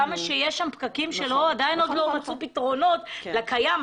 כמה שיש שם פקקים שעדיין עוד לא מצאו פתרונות לקיים,